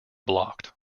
blocked